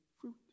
fruit